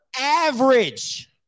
average